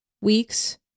Weeks